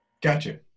Gotcha